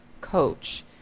coach